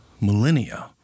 millennia